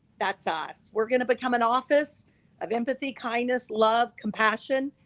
that's us, we're gonna become an office of empathy, kindness, love, compassion,